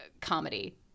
comedy